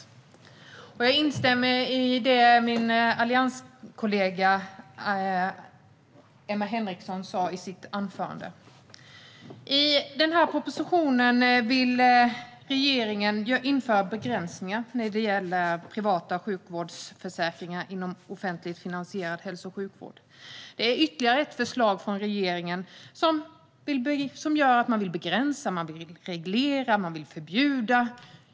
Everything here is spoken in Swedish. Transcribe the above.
Där vill jag instämma i det som min allianskollega Emma Henriksson sa i sitt anförande. I den här propositionen vill regeringen införa begränsningar när det gäller privata sjukvårdsförsäkringar inom offentligt finansierad hälso och sjukvård. Det är ytterligare ett förslag från regeringen som vill begränsa, reglera och förbjuda.